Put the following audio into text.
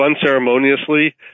unceremoniously